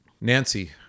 Nancy